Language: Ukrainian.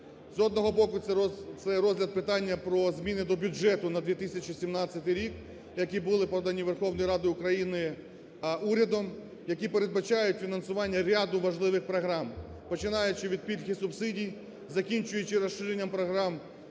З одного боку, це розгляд питання про зміни до бюджету на 2017 рік, які були подані Верховній Раді України урядом, які передбачають фінансування ряду важливих програм, починаючи від пільг і субсидій, закінчуючи розширенням програм